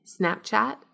Snapchat